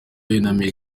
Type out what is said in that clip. yunamiye